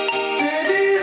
Baby